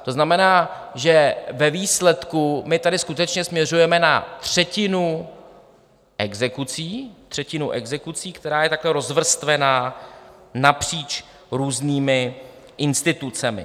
To znamená, že ve výsledku tady skutečně směřujeme na třetinu exekucí, třetinu exekucí, která je takhle rozvrstvená napříč různými institucemi.